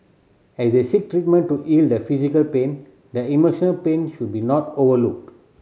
as they seek treatment to heal the physical pain their emotional pain should be not overlooked